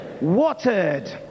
watered